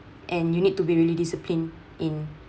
and you need to be really disciplined in